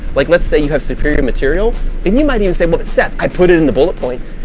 like let's say, you have superior material and you might even say well, but seth, i put it in the bullet points,